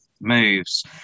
moves